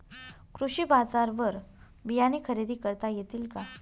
कृषी बाजारवर बियाणे खरेदी करता येतील का?